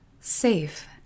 safe